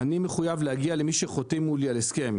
אני מחויב להגיע למי שחותם מולי על הסכם.